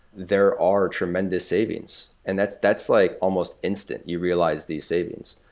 there are tremendous savings. and that's that's like almost instant. you realize these savings.